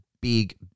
big